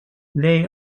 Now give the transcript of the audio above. they